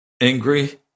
angry